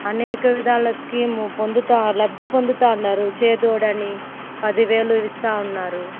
అనేక విధాల స్కీము పొందుతున్నారు లబ్ధి పొందుతున్నారు చేదోడని పదివేలు ఇస్తున్నారు